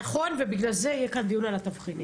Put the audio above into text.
נכון, ובגלל זה יהיה כאן דיון על התבחינים.